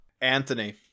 anthony